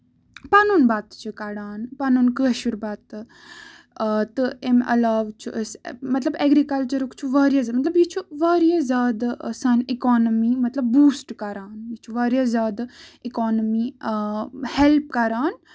پَنُن بَتہٕ چھُ کَڑان پَنُن کٲشُر بَتہٕ تہٕ اَمہِ علاوٕ چھِ أسۍ مطلب اٮ۪گرِکَلچرُک چھُ واریاہ زیادٕ مطلب یہِ چھُ واریاہ زیادٕ آسان اِکونمی مطلب بوٗسٹ کران یہِ چھُ واریاہ زیادٕ اِکونمی ہیلٕپ کران